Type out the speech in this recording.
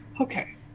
Okay